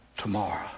tomorrow